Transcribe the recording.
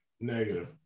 Negative